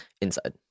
Inside